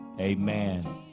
Amen